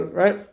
right